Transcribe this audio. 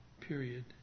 Period